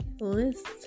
list